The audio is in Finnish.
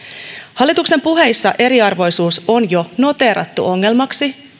hallituksen puheissa eriarvoisuus on jo noteerattu ongelmaksi